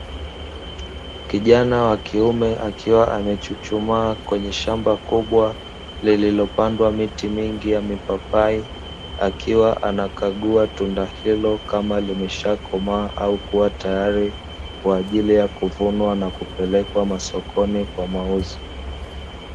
Kijana wa kiume akiwa amechuchumaa kwenye shamba kubwa liilopandwa miti mingi ya mipapai, akiwa anakagua tunda hilo kama limeshakomaa au kuwa tayari kwa ajili ya kuvunwa na kupelekwa masokoni kwa mauzo.